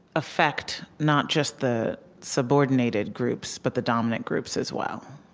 affect not just the subordinated groups but the dominant groups as well.